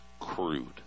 Crude